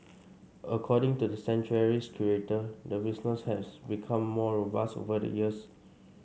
according to the sanctuary's curator the business has become more robust over the years